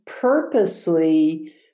purposely